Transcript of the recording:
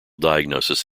diagnosis